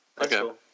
Okay